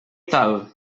tal